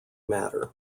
matter